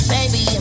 Baby